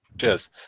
cheers